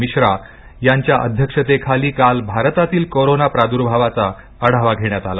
मिश्रा यांच्या अध्यक्षतेखाली काल देशातील कोरोना प्रादुर्भावाचा आढावा घेण्यात आला